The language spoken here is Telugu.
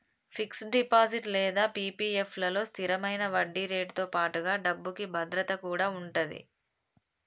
ఫిక్స్డ్ డిపాజిట్ లేదా పీ.పీ.ఎఫ్ లలో స్థిరమైన వడ్డీరేటుతో పాటుగా డబ్బుకి భద్రత కూడా ఉంటది